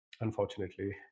unfortunately